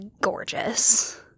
gorgeous